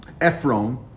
Ephron